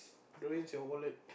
ruins your wallet